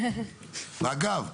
אגב,